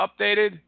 updated